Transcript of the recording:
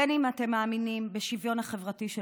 בין שאתם מאמינים בשוויון החברתי של